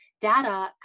data